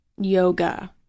yoga